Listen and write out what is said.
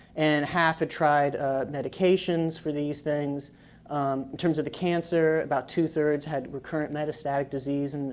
and half had tried medications for these things in terms of the cancer, about two thirds had recurrent metastatic disease, and